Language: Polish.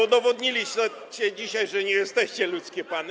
Udowodniliście dzisiaj, że nie jesteście ludzkie pany.